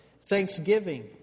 thanksgiving